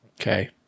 Okay